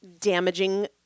damaging